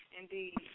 Indeed